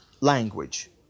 language